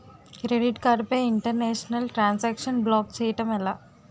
Credit card పై international transaction block చేయటం ఎలా?